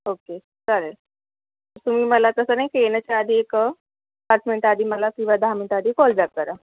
okay चालेल तुम्ही मला तसा नाही की येण्याच्या आधी एक पाच मिनिटं आधी मला किंवा दहा मिनिटं आधी कॉलबॅक करा